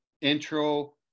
intro